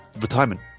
retirement